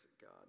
God